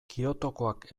kyotokoak